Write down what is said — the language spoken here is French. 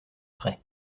frais